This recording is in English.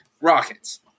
Rockets